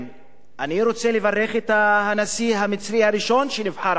אני רוצה לברך את הנשיא המצרי הראשון שנבחר על-ידי העם המצרי.